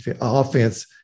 offense